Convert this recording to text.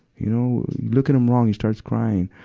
you know, look at him wrong, he starts crying.